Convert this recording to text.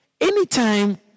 anytime